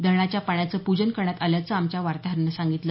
धरणाच्या पाण्याचं पूजन करण्यात आल्याचं आमच्या वार्ताहरानं सांगितलं